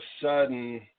sudden